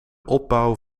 opbouw